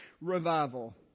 revival